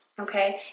Okay